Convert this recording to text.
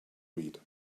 read